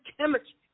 chemistry